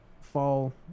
fall